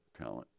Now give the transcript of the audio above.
talent